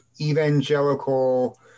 evangelical